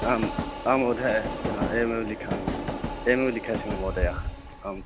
आम् आं महोदय एवं लिखामि एवं लिखेष्यामि महोदय आम्